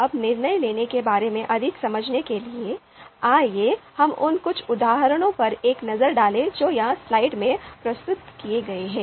अब निर्णय लेने के बारे में अधिक समझने के लिए आइए हम उन कुछ उदाहरणों पर एक नज़र डालें जो यहाँ स्लाइड में प्रस्तुत किए गए हैं